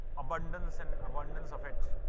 abundance and abundance of it.